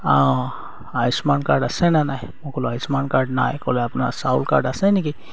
Ayushman card আছে ন নাই মোক ক' লো আয়ুস্মান কাৰ্ড নাই ক'লে আপোনাৰ চাউল কাৰ্ড আছে নেকি